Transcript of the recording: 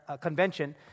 convention